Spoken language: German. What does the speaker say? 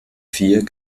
vier